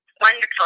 wonderful